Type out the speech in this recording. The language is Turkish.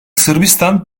sırbistan